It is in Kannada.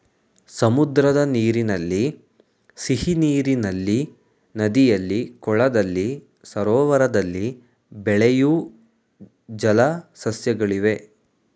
ಸಮುದ್ರದ ನೀರಿನಲ್ಲಿ, ಸಿಹಿನೀರಿನಲ್ಲಿ, ನದಿಯಲ್ಲಿ, ಕೊಳದಲ್ಲಿ, ಸರೋವರದಲ್ಲಿ ಬೆಳೆಯೂ ಜಲ ಸಸ್ಯಗಳಿವೆ